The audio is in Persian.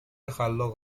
خلاق